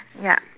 ya